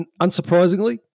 unsurprisingly